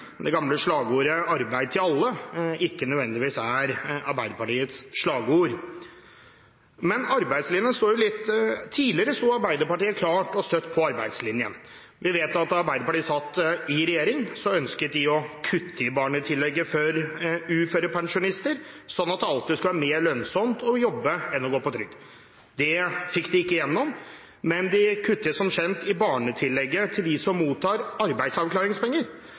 det gamle slagordet «arbeid til alle» ikke nødvendigvis er Arbeiderpartiets slagord. Tidligere sto Arbeiderpartiet klart og støtt på arbeidslinjen. Vi vet at da Arbeiderpartiet satt i regjering, ønsket de å kutte i barnetillegget for uførepensjonister sånn at det alltid skulle være mer lønnsomt å jobbe enn å gå på trygd. Det fikk de ikke igjennom, men de kutter som kjent i barnetillegget til dem som mottar arbeidsavklaringspenger.